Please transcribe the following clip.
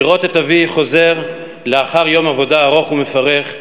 לראות את אבי חוזר לאחר יום עבודה ארוך ומפרך,